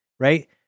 Right